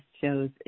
shows